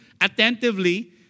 attentively